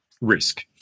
risk